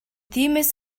тиймээс